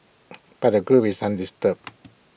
but the group is undisturbed